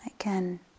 again